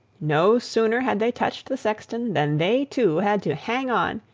no sooner had they touched the sexton, than they too had to hang on,